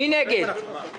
מי נגד?